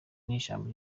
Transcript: n’ijambo